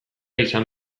izan